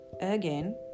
again